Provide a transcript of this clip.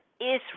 Israel